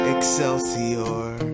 Excelsior